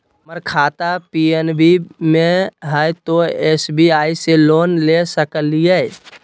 हमर खाता पी.एन.बी मे हय, तो एस.बी.आई से लोन ले सकलिए?